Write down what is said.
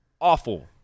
awful